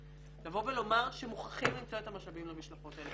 לבוא ולומר שמוכרחים למצוא את המשאבים למשלחות האלה,